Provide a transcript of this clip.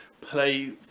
play